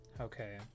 Okay